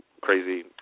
crazy